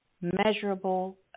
measurable